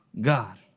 God